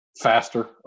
faster